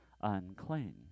unclean